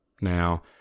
Now